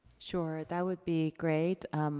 sure, that would be great.